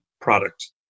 product